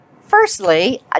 Firstly